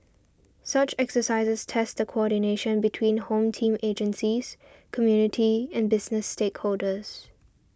such exercises test the coordination between Home Team agencies community and business stakeholders